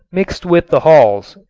mixed with the hulls,